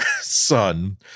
son